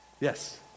Yes